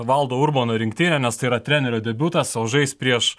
valdo urbono rinktinė nes tai yra trenerio debiutas o žais prieš